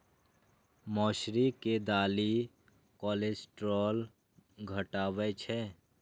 मौसरी के दालि कोलेस्ट्रॉल घटाबै छै